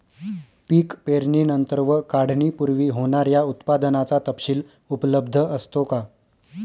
पीक पेरणीनंतर व काढणीपूर्वी होणाऱ्या उत्पादनाचा तपशील उपलब्ध असतो का?